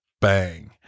bang